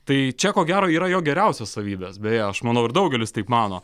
tai čia ko gero yra jo geriausios savybės beja aš manau ir daugelis taip mano